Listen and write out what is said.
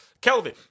Kelvin